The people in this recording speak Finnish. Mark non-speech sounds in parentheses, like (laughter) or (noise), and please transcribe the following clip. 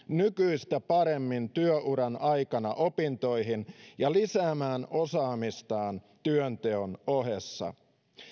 (unintelligible) nykyistä paremmin työuran aikana opintoihin ja lisäämään osaamistaan työnteon ohessa